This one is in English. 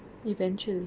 eventually